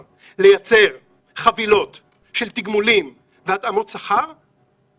לייצר חבילות של תגמולים והתאמות שכר כאלה